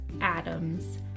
Adams